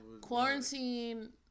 Quarantine